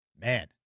man